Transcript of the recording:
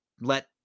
let